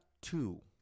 two